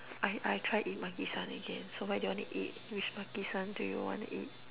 I I try eat Makisan again so where do you wanna eat which Makisan do you wanna eat